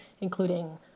including